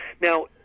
Now